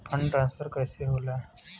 Fund transfer कैसे होला?